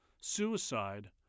suicide